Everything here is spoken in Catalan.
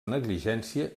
negligència